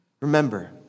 remember